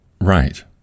Right